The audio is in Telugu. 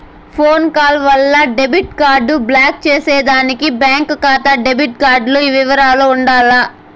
ఫోన్ కాల్ వల్ల డెబిట్ కార్డు బ్లాకు చేసేదానికి బాంకీ కాతా డెబిట్ కార్డుల ఇవరాలు ఉండాల